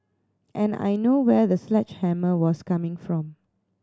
and I know where the sledgehammer was coming from